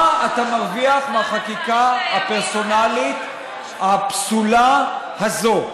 מה אתה מרוויח מהחקיקה הפרסונלית הפסולה הזאת?